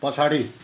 पछाडि